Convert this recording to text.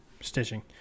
stitching